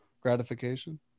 gratification